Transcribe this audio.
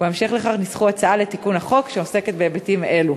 ובהמשך לכך ניסחו הצעה לתיקון החוק שעוסקת בהיבטים אלו.